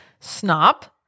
snop